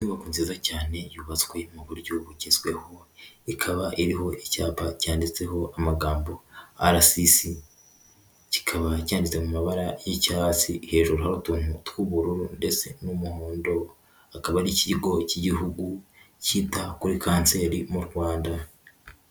Inyubako nziza cyane yubatswe mu buryo bugezweho. Ikaba iriho icyapa cyanditseho amagambo arasisi, kikaba cyanditse mu mabara y'icyatsi hejuru hari utuntu tw'ubururu ndetse n'umuhondo. Akaba ari ikigo cy'igihugu cyita kuri kanseri mu Rwanda.